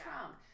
Trump